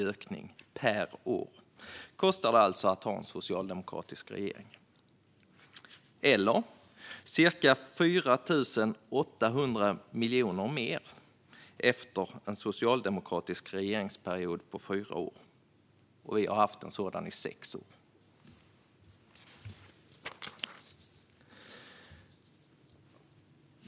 Det är vad det kostar att ha en socialdemokratisk regering. Man kan också säga ca 4 800 miljoner mer efter en socialdemokratisk regeringsperiod på fyra år, och vi har haft en sådan i sex år.